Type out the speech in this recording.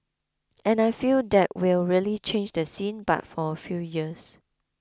and I feel that will really change the scene but for a few years